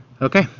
Okay